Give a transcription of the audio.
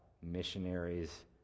missionaries